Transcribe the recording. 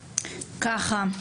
ככה,